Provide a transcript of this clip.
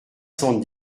cent